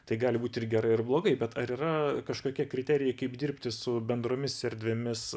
tai gali būti ir gerai ir blogai bet ar yra kažkokie kriterijai kaip dirbti su bendromis erdvėmis